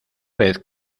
vez